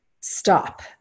stop